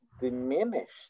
diminished